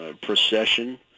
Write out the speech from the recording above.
procession